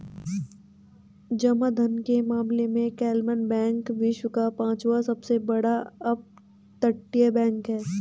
जमा धन के मामले में क्लमन बैंक विश्व का पांचवा सबसे बड़ा अपतटीय बैंक है